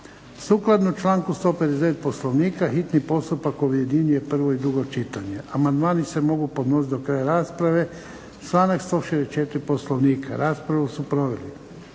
Sukladno članku 159. Poslovnika hitni postupak objedinjuje prvo i drugo čitanje. Amandmani se mogu podnositi do kraja rasprave, članak 164. Poslovnika. Raspravu su proveli